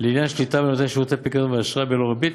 לעניין שליטה בנותן שירותי פיקדון ואשראי בלא ריבית,